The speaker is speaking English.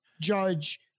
Judge